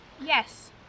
Yes